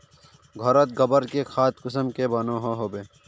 घोरोत गबर से खाद कुंसम के बनो होबे?